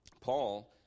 Paul